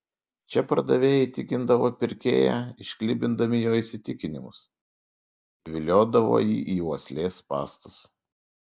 čia pardavėjai įtikindavo pirkėją išklibindami jo įsitikinimus įviliodavo jį į uoslės spąstus